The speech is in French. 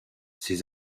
ses